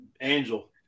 Angel